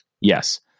Yes